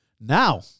Now